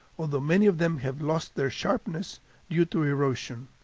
although many of them have lost their sharpness due to erosion.